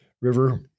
river